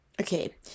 Okay